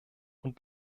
und